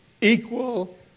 equal